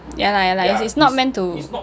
ya lah ya lah it's it's not meant to